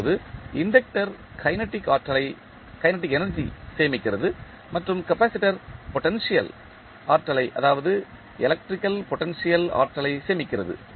இப்போது inductor kinetic ஆற்றலை சேமிக்கிறது மற்றும் கப்பாசிட்டர் பொட்டன்ஷியல் ஆற்றலை அதாவது எலக்ட்ரிக்கல் பொட்டன்ஷியல் ஆற்றலை சேமிக்கிறது